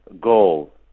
goal